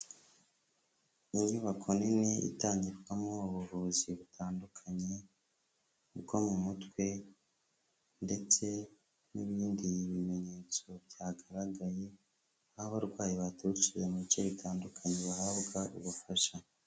Inyubako nini itangirwamo ubuvuzi butandukanye bwo mu mutwe ndetse n'ibindi bimenyetso byagaragaye, aho abarwayi baturutse mu bice bitandukanye bahabwa ubufasha.